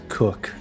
cook